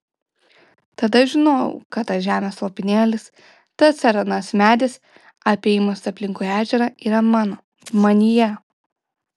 tada žinojau kad tas žemės lopinėlis tas ar anas medis apėjimas aplinkui ežerą yra mano manyje